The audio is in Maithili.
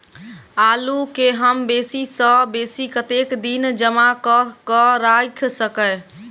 आलु केँ हम बेसी सऽ बेसी कतेक दिन जमा कऽ क राइख सकय